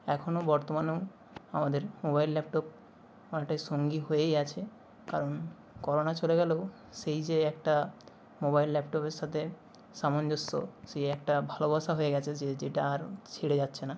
এখনও বর্তমানেও আমাদের মোবাইল ল্যাপটপ অনেকটাই সঙ্গী হয়েই আছে কারণ করোনা চলে গেলেও সেই যে একটা মোবাইল ল্যাপটপের সাথে সামঞ্জস্য সেই একটা ভালোবাসা হয়ে গেছে যে যেটা আর ছেড়ে যাচ্ছে না